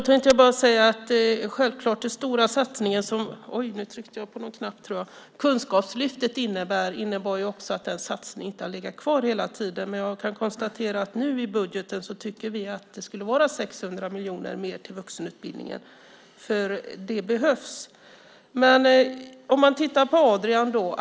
Herr talman! Den stora satsningen som Kunskapslyftet innebar har inte legat kvar hela tiden. Jag kan konstatera att vi nu i vårt budgetförslag tycker att det ska vara 600 miljoner mer till vuxenutbildningen eftersom det behövs. Vi kan titta på exemplet med Adrian.